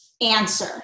answer